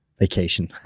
vacation